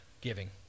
giving